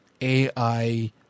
AI